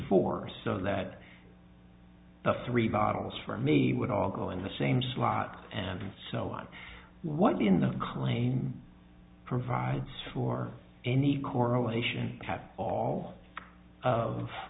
for sun that the three bottles for me would all go in the same slot and so on what the in the claim provides for any correlation have all